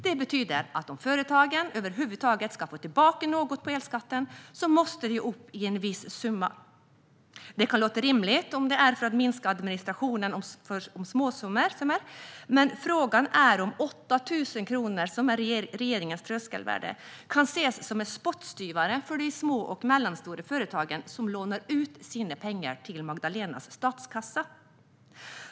Det betyder att om företagen över huvud taget ska få tillbaka något på elskatten måste de komma upp i en viss summa. Det kan låta rimligt om det är för att minska administrationen och om det är småsummor. Men frågan är om 8 000 kronor, som är regeringens tröskelvärde, kan ses som en spottstyver för de små och medelstora företagen som lånar ut sina pengar till Magdalenas statskassa.